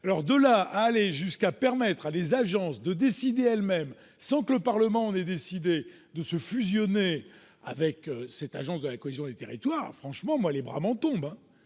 posée. Aller jusqu'à permettre à des agences de décider elles-mêmes, sans que le Parlement en ait décidé, de fusionner avec cette agence de la cohésion des territoires, franchement, les bras m'en tombent